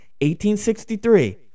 1863